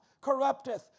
corrupteth